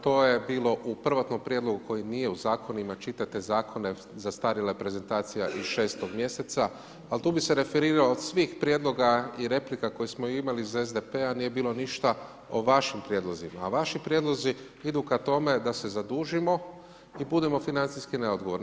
To je bilo u prvotnom prijedlogu koji nije u zakonima, čitate zakone, zastarjela prezentacija iz 6 mjeseca, ali tu bih se referirao od svih prijedloga i replika koje smo imali iz SDP-a nije bilo ništa o vašim prijedlozima, a vaši prijedlozi idu ka tome da se zadužimo i budemo financijski neodgovorni.